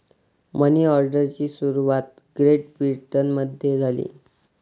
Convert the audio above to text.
मनी ऑर्डरची सुरुवात ग्रेट ब्रिटनमध्ये झाली